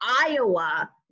Iowa